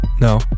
no